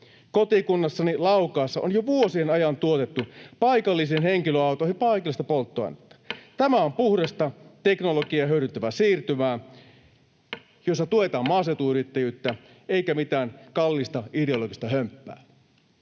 Kotikunnassani Laukaassa on jo vuosien ajan tuotettu paikallisiin henkilöautoihin paikallista polttoainetta. Tämä on puhdasta, teknologiaa hyödyntävää siirtymää, jossa tuetaan maaseutuyrittäjyyttä, eikä mitään kallista ideologista hömppää.